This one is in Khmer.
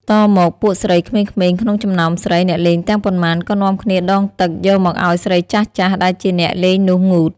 តមកពួកស្រីក្មេងៗ ក្នុងចំណោមស្រី អ្នកលេងទាំងប៉ុន្មាន ក៏នាំគ្នាដងទឹក យកមកឲ្យស្រីចាស់ៗ ដែលជាអ្នកលេងនោះងូត។